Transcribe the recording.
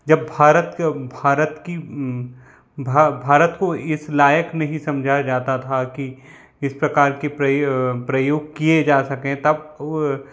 जब भारत के भारत की भारत को इस लायक नहीं समझा जाता था कि इस प्रकार की प्रयोग किए जा सकें तब वो